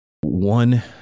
One